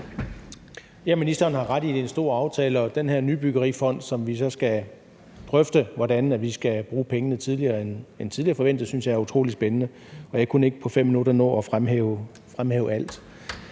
Ministeren har ret i, at det er en store aftale, og den her nybyggerifond, hvor vi så skal drøfte, hvordan vi skal bruge pengene tidligere end tidligere forventet, synes jeg jo er utrolig spændende, og jeg kunne ikke på 5 minutter nå at fremhæve alt.